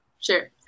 Sure